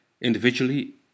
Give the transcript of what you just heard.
individually